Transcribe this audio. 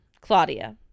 claudia